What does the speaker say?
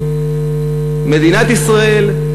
מדינת ישראל,